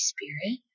Spirit